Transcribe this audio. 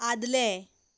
आदलें